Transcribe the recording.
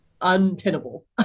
untenable